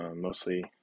mostly